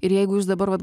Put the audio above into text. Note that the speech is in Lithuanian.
ir jeigu jūs dabar vat